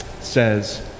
says